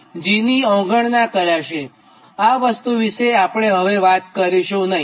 G ની અવગણના કરાશે આ વસ્તુ વિશે આપણે વાત કરીશું નહીં